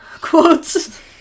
quotes